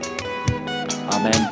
Amen